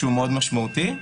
שהוא משמעותי מאוד.